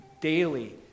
daily